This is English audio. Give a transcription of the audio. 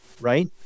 right